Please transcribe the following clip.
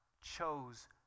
chose